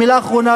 מילה אחרונה,